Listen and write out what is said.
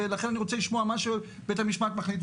ולכן אני רוצה לשמוע מה בית המשפט מחליט.